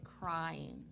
crying